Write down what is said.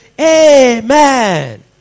Amen